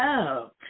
up